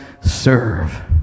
serve